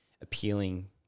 appealing